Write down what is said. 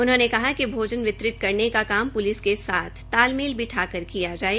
उन्होंने कहा कि भोजन वितरित करने का काम प्लिस के साथ तालमेल बिठा कर किया जाये